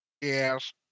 yes